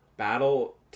Battle